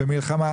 במלחמה,